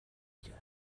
کرد